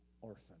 orphan